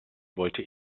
wollte